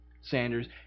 Sanders